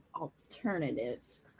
alternatives